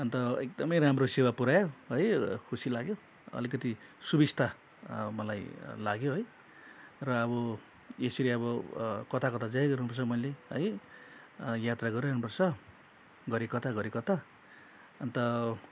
अन्त एकदमै राम्रो सेवा पुर्यायो है खुसी लाग्यो अलिकति सुबिस्ता मलाई लाग्यो है र अब यसरी अब कता कता जाइरहनु पर्छ मैले है यात्रा गरिरहनु पर्छ घरी कता घरी कता अन्त